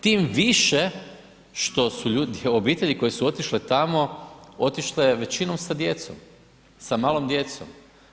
Tim više što su ljudi, obitelji koje su otišle tamo, otišle većinom sa djecom, sa malom djecom.